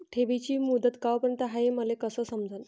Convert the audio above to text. ठेवीची मुदत कवापर्यंत हाय हे मले कस समजन?